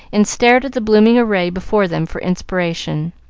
and stared at the blooming array before them for inspiration.